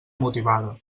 motivada